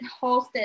hosted